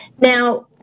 Now